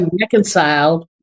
reconciled